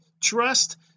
trust